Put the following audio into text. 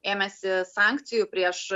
ėmėsi sankcijų prieš